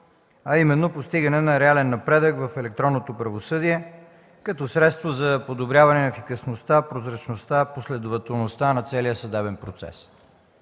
а именно постигане на реален напредък в електронното правосъдие като средство за подобряване ефикасността, прозрачността, последователността на целия съдебен процес.